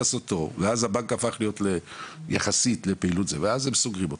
ואז הבנק הפך להיות יחסית בפעילות ואז הם סוגרים אותו.